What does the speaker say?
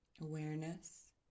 awareness